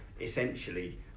essentially